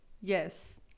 Yes